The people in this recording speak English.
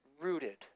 rooted